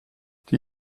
die